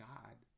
God